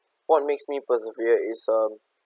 what makes me persevere is um